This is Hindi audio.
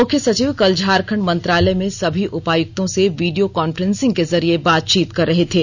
मुख्य सचिव कल झारखंड मंत्रालय में सभी उपायुक्तों से वीडियो कांफ्रेंसिंग के जरिये बातचीत कर रहे थे